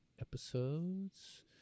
episodes